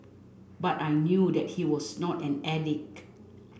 but I knew that he was not an addict